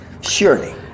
surely